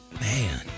man